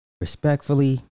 respectfully